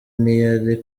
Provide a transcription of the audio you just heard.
ntiyari